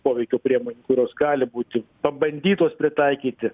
poveikio priemonių kurios gali būti pabandytos pritaikyti